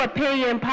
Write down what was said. Opinion